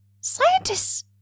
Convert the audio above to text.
scientists